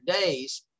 days